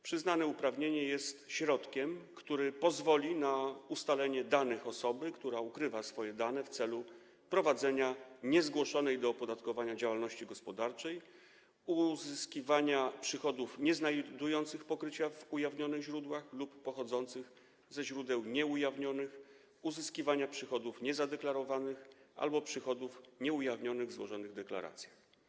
Przyznane uprawnienie jest środkiem, który pozwoli na ustalenie danych osoby, która ukrywa swoje dane w celu prowadzenia niezgłoszonej do opodatkowania działalności gospodarczej, uzyskiwania przychodów nieznajdujących pokrycia w ujawnionych źródłach lub pochodzących ze źródeł nieujawnionych, uzyskiwania przychodów niezadeklarowanych albo przychodów nieujawnionych w złożonych deklaracjach.